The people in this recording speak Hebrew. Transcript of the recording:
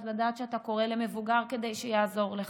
אז לדעת שאתה קורא למבוגר כדי שיעזור לך.